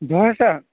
دۄہَس ہہ